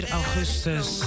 augustus